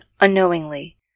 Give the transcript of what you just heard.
unknowingly